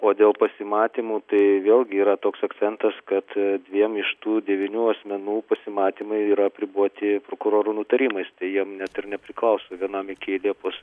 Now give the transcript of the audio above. o dėl pasimatymų tai vėlgi yra toks akcentas kad dviem iš tų devynių asmenų pasimatymai yra apriboti prokurorų nutarimais tai jiem net ir nepriklauso vienam iki liepos